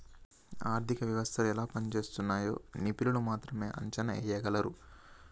ఆర్థిక వ్యవస్థలు ఎలా పనిజేస్తున్నయ్యో నిపుణులు మాత్రమే అంచనా ఎయ్యగలరు